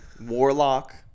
warlock